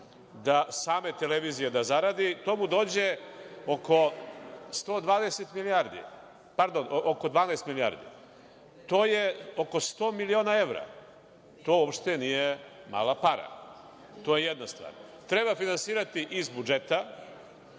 same televizije da zaradi, to mu dođe oko 12 milijardi. To je oko 100 miliona evra. To uopšte nije mala para. To je jedna stvar. Treba finansirati iz budžeta,